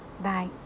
Bye